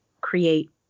create